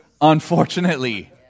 Unfortunately